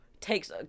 takes